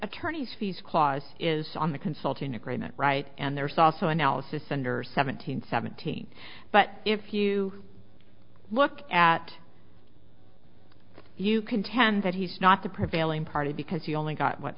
attorney fees cost is on the consulting agreement right and there's also analysis under seven hundred seventeen but if you look at you contend that he's not the prevailing party because he only got what